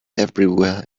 everywhere